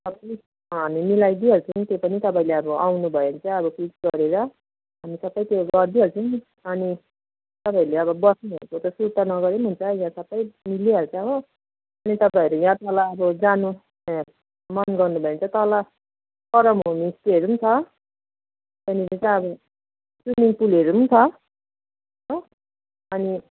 हामी मिलाइदिइहाल्छौँ नि त्यो पनि तपाईँले अब आउनु भयो भने चाहिँ अब फिक्स गरेर हामी सबै त्यो गरिदिइहाल्छौँ अनि तपाईँहरू अब बस्नेहरूको त सुर्ता नगरे पनि हुन्छ यहाँ सबै मिलिहाल्छ हो अनि तपाईँहरू यहाँ तल अब जानु मन गर्नु भयो भने चाहिँ तल परम् होमस्टेहरू पनि छ त्यहाँनिर चाहिँ अब स्वीमिङ पुलहरू पनि छ हो अनि